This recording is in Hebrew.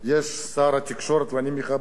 ואני מכבד אותו באופן אישי,